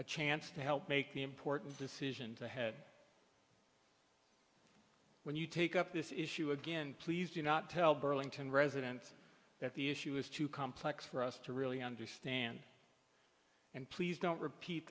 a chance to help make the important decision to head when you take up this issue again please do not tell burlington residents that the issue is too complex for us to really understand and please don't repeat